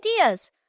ideas